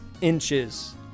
inches